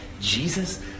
Jesus